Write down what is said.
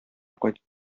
кайтып